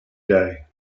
day